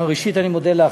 ראשית אני מודה לך,